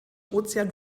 ozean